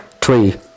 three